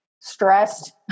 stressed